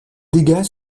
dégâts